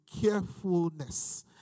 carefulness